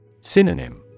Synonym